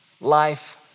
life